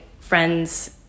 friends